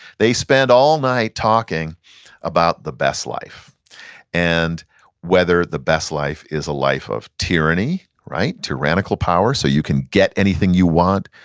they spend all night talking about the best life and whether the best life is a life of tyranny, right? tyrannical power, so you can get anything you want,